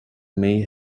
may